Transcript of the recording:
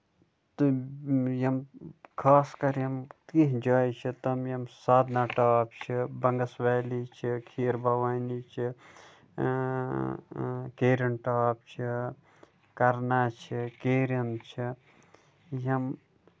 تہٕ یِم خاص کر یِم تِژھ جایہِ چھےٚ تِم یِم سادنا ٹاپ چھُ بَنگَس ویلی چھِ کھیٖر بھَوانی چھِ کیرَن ٹاپ چھُ کرنا چھِ کیرَن چھُ یِم